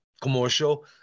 commercial